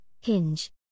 hinge